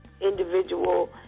individual